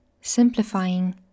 Simplifying